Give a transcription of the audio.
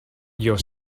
your